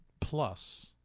Plus